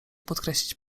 podkreślić